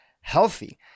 healthy